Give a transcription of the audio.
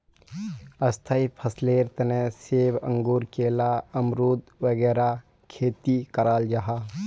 स्थाई फसलेर तने सेब, अंगूर, केला, अमरुद वगैरह खेती कराल जाहा